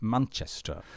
Manchester